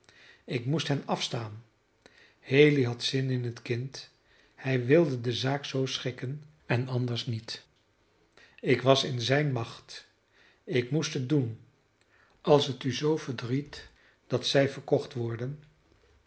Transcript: ik moest hen afstaan haley had zin in het kind hij wilde de zaak zoo schikken en anders niet ik was in zijne macht ik moest het doen als het u zoo verdriet dat zij verkocht worden